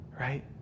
right